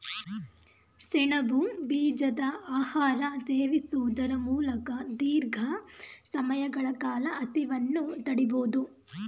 ಸೆಣಬು ಬೀಜದ ಆಹಾರ ಸೇವಿಸುವುದರ ಮೂಲಕ ದೀರ್ಘ ಸಮಯಗಳ ಕಾಲ ಹಸಿವನ್ನು ತಡಿಬೋದು